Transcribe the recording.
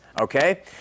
okay